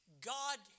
God